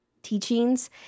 Teachings